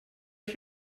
ist